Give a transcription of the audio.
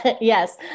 Yes